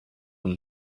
him